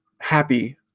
happy